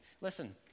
Listen